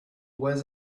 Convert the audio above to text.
was